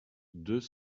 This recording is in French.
deux